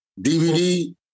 DVD